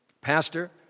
Pastor